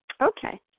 Okay